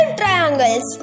triangles